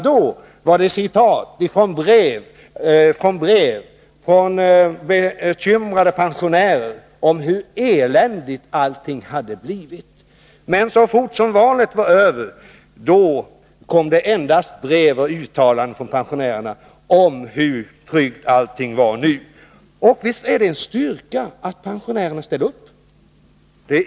Då var det citat ur brev från bekymrade pensionärer om hur eländigt allt hade blivit. Men så fort valet var över kom det endast brev och uttalanden från pensionärer om hur tryggt allt var nu. Visst är det en styrka att pensionärerna ställer upp.